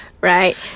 Right